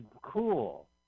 cool